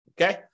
okay